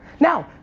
now,